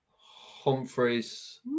Humphreys